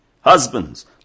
Husbands